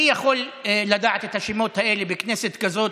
מי יכול לדעת את השמות האלה בכנסת כזאת,